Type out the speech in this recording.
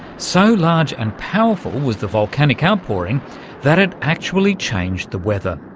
so large and powerful was the volcanic outpouring that it actually changed the weather.